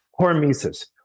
hormesis